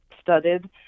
studded